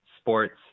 sports